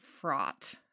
fraught